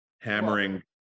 Hammering